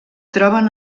troben